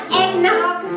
eggnog